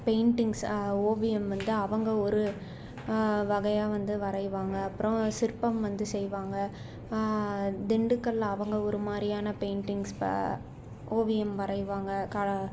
paintings ஓவியம் வந்து அவங்க ஒரு வகையாக வந்து வரையுவாங்க அப்புறம் சிற்பம் வந்து செய்வாங்க திண்டுக்கல்ல அவங்க ஒரு மாதிரியான பெயின்ட்டிங்க்ஸ் ப ஓவியம் வரையுவாங்க கா